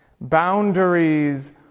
Boundaries